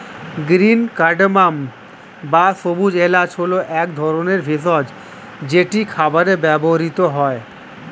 green cardamom বা সবুজ এলাচ হল এক ধরনের ভেষজ যেটি খাবারে ব্যবহৃত হয়